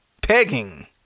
Pegging